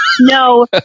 No